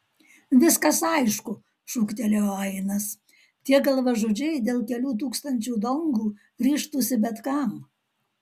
viskas aišku šūktelėjo ainas tie galvažudžiai dėl kelių tūkstančių dongų ryžtųsi bet kam